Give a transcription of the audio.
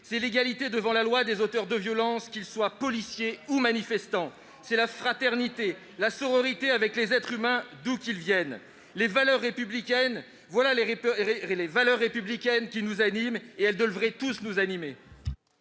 C'est l'égalité devant la loi des auteurs de violence, qu'ils soient policiers ou manifestants. C'est la fraternité, la sororité avec les êtres humains, d'où qu'ils viennent. Voilà les valeurs républicaines qui nous animent ! Elles devraient tous nous animer